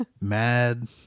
Mad